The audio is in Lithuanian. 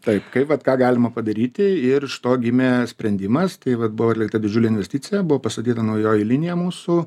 taip kai vat ką galima padaryti iš to gimė sprendimas tai vat buvo atlikta didžiulė investicija buvo pastatyta naujoji linija mūsų